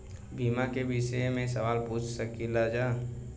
बीमा के विषय मे सवाल पूछ सकीलाजा?